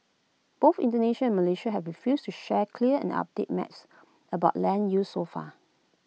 both Indonesia and Malaysia have refused to share clear and updated maps about land use so far